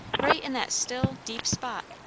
right in that still, deep spot,